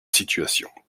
situation